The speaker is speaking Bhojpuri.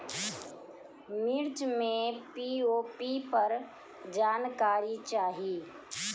मिर्च मे पी.ओ.पी पर जानकारी चाही?